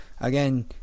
again